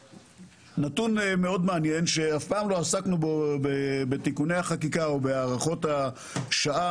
נתון מאוד מעניין שאף פעם לא עסקנו בו בתיקוני החקיקה או בהארכות השעה,